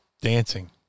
dancing